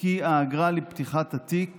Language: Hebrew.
כי האגרה על פתיחת התיק